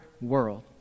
world